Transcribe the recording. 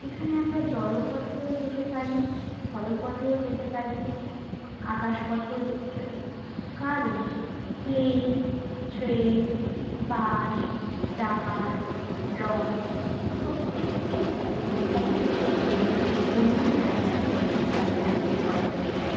এখানে আমরা জলপথেও যেতে পারি স্থলপথেও যেতে পারি আকাশপথেও যেতে পারি কারণ প্লেন ট্রেন বাস জাহাজ লঞ্চ প্রত্যেকটি ব্যবস্থাই রয়েছে অন্য জায়গায় যাতায়াত করার জন্য